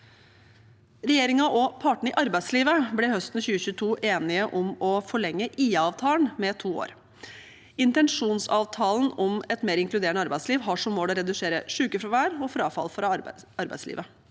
Regjeringen og partene i arbeidslivet ble høsten 2022 enige om å forlenge IA-avtalen med to år. Intensjonsavtalen om et mer inkluderende arbeidsliv har som mål å redusere sykefravær og frafall fra arbeidslivet.